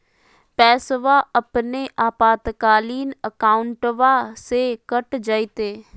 पैस्वा अपने आपातकालीन अकाउंटबा से कट जयते?